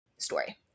story